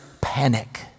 panic